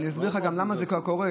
אני אסביר לך למה זה קורה.